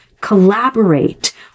collaborate